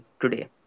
today